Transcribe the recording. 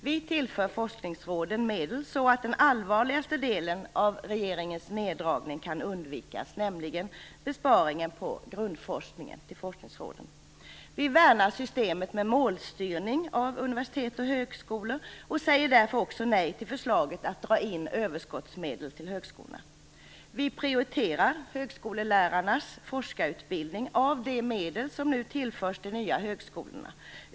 Vi tillför forskningsråden medel, så att den allvarligaste delen av regeringens neddragning kan undvikas, nämligen besparingen på grundforskningen. Vi värnar systemet med målstyrning av universitet och högskolor och säger därför också nej till förslaget att dra in överskottsmedel från högskolorna. Av de medel som nu tillförs de nya högskolorna prioriterar vi högskolelärarnas forskarutbildning.